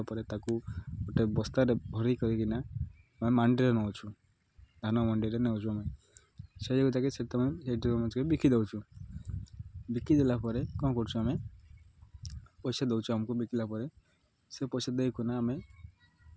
ଅଲଗା ହେଇଗଲା ପରେ ତାକୁ ଗୋଟେ ବସ୍ତାରେ ଭରି କରିକିନା ଆମେ ମଣ୍ଡିରେ ନଉଛୁ ଧାନ ମଣ୍ଡିରେ ନଉଛୁ ଆମେ ସେଇ ଯୁ ଯାକେ ସେ ତମେ ସେଇ ଯେଉଁ ବିକି ଦେଉଛୁ ବିକି ଦେଲା ପରେ କ'ଣ କରୁଛୁ ଆମେ ପଇସା ଦେଉଛୁ ଆମକୁ ବିକିଲା ପରେ ସେ ପଇସା ଦେଇକିନା ଆମେ